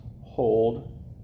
hold